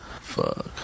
Fuck